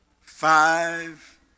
five